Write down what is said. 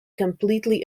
completely